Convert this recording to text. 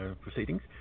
proceedings